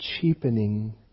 cheapening